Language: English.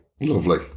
Lovely